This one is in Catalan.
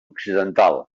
occidental